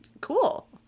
cool